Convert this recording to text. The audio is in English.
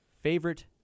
Favorite